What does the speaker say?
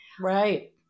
Right